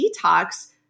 detox